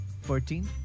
Fourteen